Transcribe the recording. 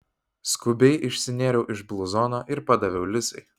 skubiai išsinėriau iš bluzono ir padaviau lisai